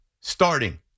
starting